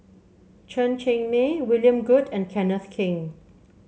Chen Cheng Mei William Goode and Kenneth Keng